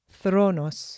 Thronos